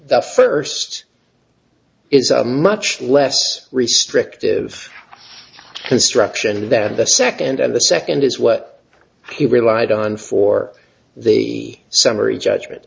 the first it's a much less restrictive construction than the second and the second is what we relied on for the summary judgment